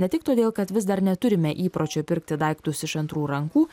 ne tik todėl kad vis dar neturime įpročio pirkti daiktus iš antrų rankų